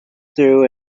through